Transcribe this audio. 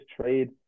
trade